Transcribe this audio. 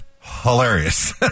hilarious